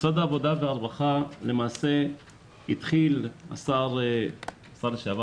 משרד העבודה והרווחה ובראשו השר לשעבר